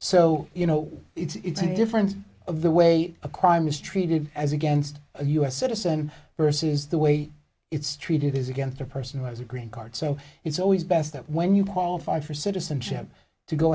so you know it's a difference of the way a crime is treated as against a u s citizen versus the way it's treated as against a person who has a green card so it's always best that when you qualify for citizenship to go